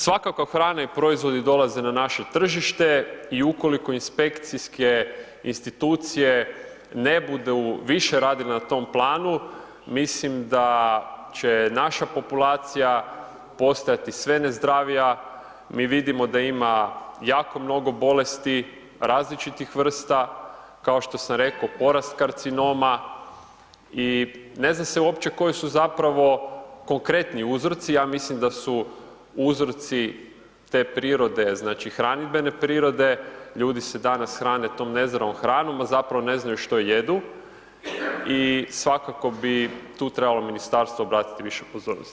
Svakakva hrana i proizvodi dolaze na naše tržište i ukoliko inspekcije institucije ne budu više radile na tom planu, mislim da će naša populacija postajati sve nezdravija, mi vidimo da ima jako mnogo bolesti različitih vrsta kao što sam rekao, porast karcinoma i ne zna se uopće koji su zapravo konkretniji uzroci, ja mislim da su uzroci te prirode, znači hranidbene prirode, ljudi se danas hrane tom nezdravom hranom a zapravo ne znaju što jedu i svakako bi tu trebalo ministarstvo obratiti više pozornosti.